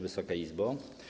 Wysoka Izbo!